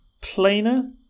plainer